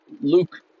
Luke